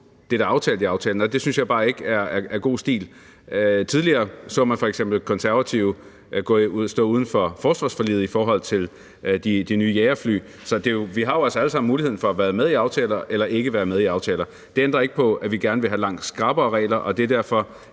der er aftalt i aftalen. Og det synes jeg bare ikke er god stil. Tidligere så man f.eks. Konservative stå uden for forsvarsforliget i forhold til de nye jagerfly, så vi har altså alle sammen muligheden for at være med i aftaler, eller ikke at være med i aftaler. Det ændrer ikke på, at vi gerne vil have langt skrappere regler, og det er derfor,